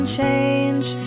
change